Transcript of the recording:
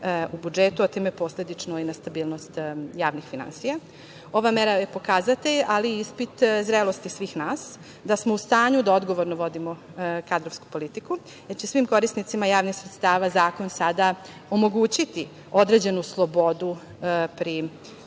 u budžetu, a time posledično i na stabilnost javnih finansija. Ova mera je pokazatelj, ali i ispit zrelosti svih nas, da smo u stanju da odgovorno vodimo kadrovsku politiku. Znači, svim korisnicima javnih sredstava zakon sada omogućuje određenu slobodu da